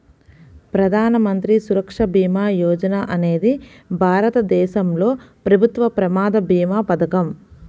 ప్రధాన మంత్రి సురక్ష భీమా యోజన అనేది భారతదేశంలో ప్రభుత్వ ప్రమాద భీమా పథకం